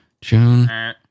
June